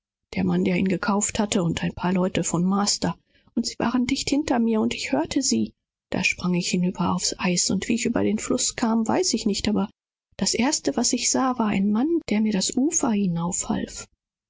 der mann der ihn gekauft hatte und einige andre von masters leuten und sie kamen dicht hinter mir und ich hörte sie da sprang ich auf's eis und wie ich hinüber kam weiß ich nicht das erste was ich mich besinnen kann war daß mir ein mann das ufer